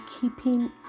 keeping